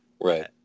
Right